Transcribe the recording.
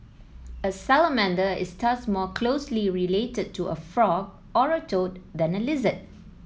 a salamander is thus more closely related to a frog or a toad than a lizard